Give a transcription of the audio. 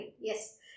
Yes